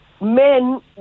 men